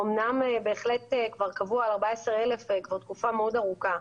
אמנם בהחלט כבר קבעו על 14,000 כבר תקופה מאוד ארוכה.